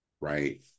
right